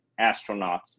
astronauts